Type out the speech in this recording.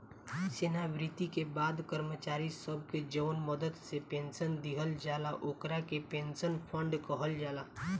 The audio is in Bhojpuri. सेवानिवृत्ति के बाद कर्मचारी सब के जवन मदद से पेंशन दिहल जाला ओकरा के पेंशन फंड कहल जाला